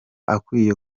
akwiye